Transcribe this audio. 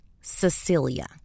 Cecilia